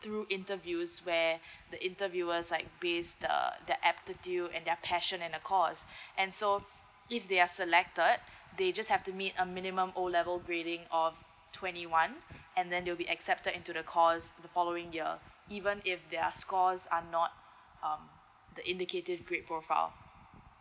through interviews where the interviewers like base the aptitude and their passion and a cause and so if they are selected they just have to meet a minimum O level grading or twenty one and then they will be accepted into the course the following year even if their scores are not um the indicative grade profile